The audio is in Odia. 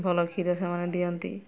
ଭଲ କ୍ଷୀର ସେମାନେ ଦିଅନ୍ତି